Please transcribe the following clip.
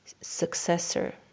successor